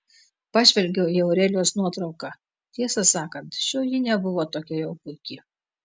pažvelgiau į aurelijos nuotrauką tiesą sakant šioji nebuvo tokia jau puiki